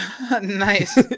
Nice